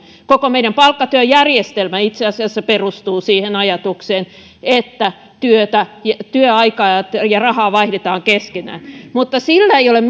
koko meidän palkkatyöjärjestelmämme itse asiassa perustuu siihen ajatukseen että työtä työaikaa ja rahaa vaihdetaan keskenään mutta sillä ei ole